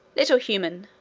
little human,